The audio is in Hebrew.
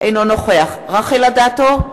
אינו נוכח רחל אדטו,